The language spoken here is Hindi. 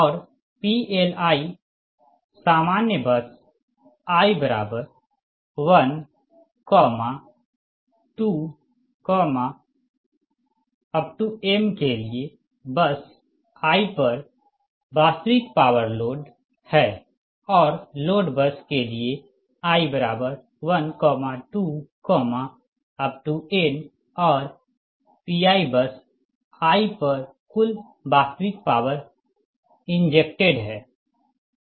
और PLi सामान्य बस i12m के लिए बस i पर वास्तविक पॉवर लोड हैं और लोड बस के लिए i12n और Pi बस i पर कुल वास्तविक पॉवर इंजेक्टेड है